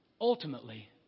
Ultimately